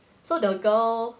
so the girl